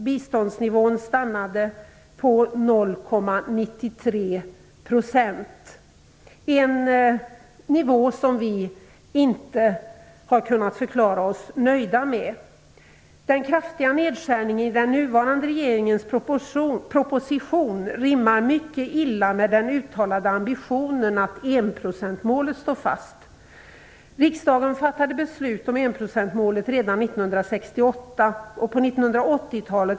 Biståndsnivån stannade på 0,93 %- en nivå som vi inte har kunnat förklara oss nöjda med. Den kraftiga nedskärningen i den nuvarande regeringens proposition rimmar mycket illa med den uttalade ambitionen att enprocentsmålet skall stå fast.